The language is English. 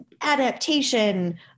adaptation